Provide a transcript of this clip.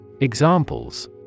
Examples